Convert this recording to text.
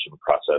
process